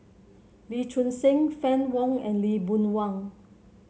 Lee Choon Seng Fann Wong and Lee Boon Wang